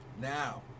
Now